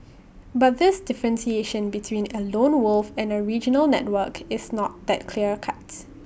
but this differentiation between A lone wolf and A regional network is not that clear cuts